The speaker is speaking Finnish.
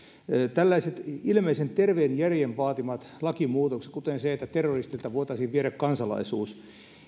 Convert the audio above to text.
tällaiset ilmeisen terveen järjen vaatimat lakimuutokset kuten se että terroristilta voitaisiin viedä kansalaisuus